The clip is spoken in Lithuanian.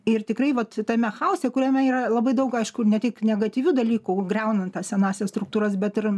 ir tikrai vat tame chaose kuriame yra labai daug aišku ir ne tik negatyvių dalykų griaunant tas senąsias struktūras bet ir